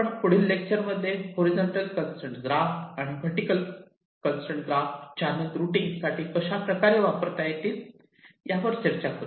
आपण पुढील लेक्चर मध्ये HCG आणि VCG चॅनल रुटींग साठी कशा प्रकारे वापरता येतील यावर चर्चा करू